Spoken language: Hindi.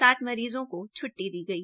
सात मरीज़ों को छ्ट्टी दी गई